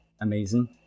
amazing